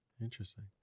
Interesting